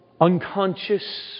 unconscious